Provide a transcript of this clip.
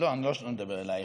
לא, אני לא מדבר אלייך.